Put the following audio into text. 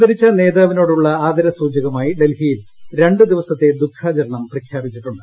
അന്തരിച്ച നേതാവിനോടുള്ള ആദരസൂചകമായി ഡൽഹിയിൽ രണ്ടു ദിവസത്തെ ദുഖാചരണം പ്രഖ്യാപിച്ചിട്ടുണ്ട്